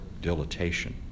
dilatation